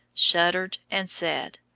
shuddered, and said,